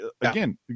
again